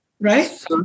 right